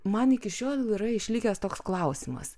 man iki šiol yra išlikęs toks klausimas